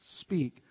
speak